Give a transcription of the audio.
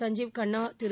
Sanjeev Khanna Thiru